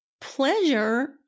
pleasure